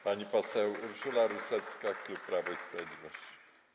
Pani poseł Urszula Rusecka, klub Prawo i Sprawiedliwość.